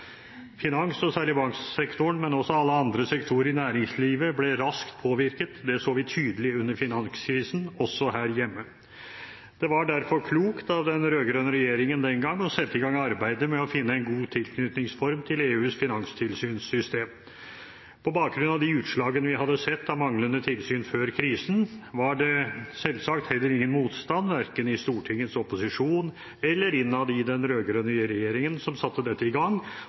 Finans- og særlig banksektoren, men også alle andre sektorer i næringslivet blir raskt påvirket. Det så vi tydelig under finanskrisen, også her hjemme. Det var derfor klokt av den rød-grønne regjeringen den gang å sette i gang arbeidet med å finne en god tilknytningsform til EUs finanstilsynssystem. På bakgrunn av de utslagene vi hadde sett av manglende tilsyn før krisen, var det selvsagt heller ingen motstand verken i Stortingets opposisjon eller innad i den rød-grønne regjeringen, som satte dette i gang,